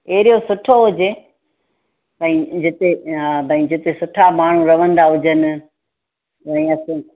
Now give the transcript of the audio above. एरियो सुठो हुजे भई जिते भई जिते सुठा माण्हू रहंदा हुजनि ऐं